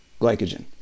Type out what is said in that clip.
glycogen